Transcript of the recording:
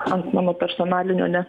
ant mano personalinio ne